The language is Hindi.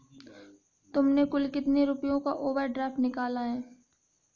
तुमने कुल कितने रुपयों का ओवर ड्राफ्ट निकाला है?